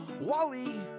Wally